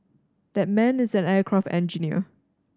that man is an aircraft engineer